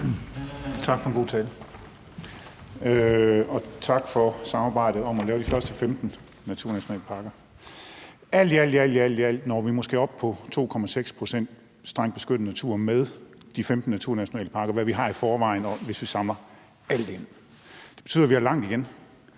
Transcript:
Tak for en god tale, og tak for samarbejdet om at lave de første 15 naturnationalparker. Alt i alt når vi måske op på 2,6 pct. strengt beskyttet natur med de 15 naturnationalparker og med, hvad vi har i forvejen, hvis vi tæller alt med. Det betyder, at vi har langt igen,